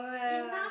enough